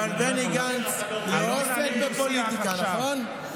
אבל בני גנץ לא עוסק בפוליטיקה, נכון?